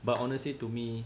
but honestly to me